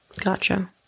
Gotcha